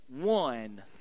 one